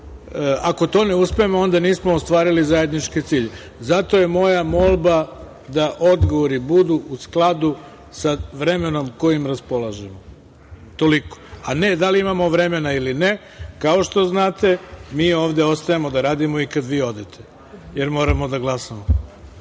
ako to ne uspemo onda nismo ostvarili zajednički cilj. Zato je moja molba da odgovori budu u skladu sa vremenom kojim raspolažemo. Toliko. A, ne da li imamo vremena ili ne. Kao što znate, mi ovde ostajemo da radimo i kada vi odete, jer moramo da